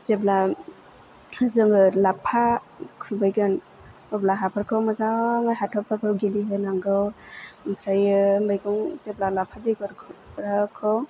जेब्ला जोङो लाफा खुबैगोन अब्ला हाफोरखौ मोजाङै हाथरफोरखौ गिलि होनांगौ आमफ्रायो मैगं जेब्ला लाफा बेगरखौ